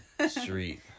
Street